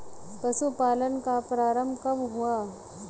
पशुपालन का प्रारंभ कब हुआ?